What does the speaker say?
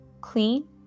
clean